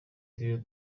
turere